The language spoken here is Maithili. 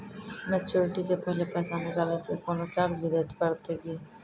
मैच्योरिटी के पहले पैसा निकालै से कोनो चार्ज भी देत परतै की?